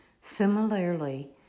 Similarly